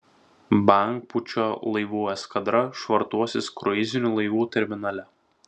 bangpūčio laivų eskadra švartuosis kruizinių laivų terminale